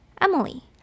Emily